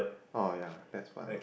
oh ya that's one